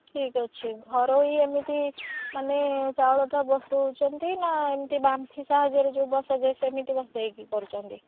ଠିକ୍ ଅଛି ଘରୋଇ ଏମିତି ମାନେ ଚାଉଳଟା ବସାଉଛନ୍ତି ନା ଏମିତି ବାମ୍ଫି ସାହାଯ୍ୟରେ ଯେଉଁ ବସାଯଏ ସେମିତି ବସେଇକି କରୁଛନ୍ତି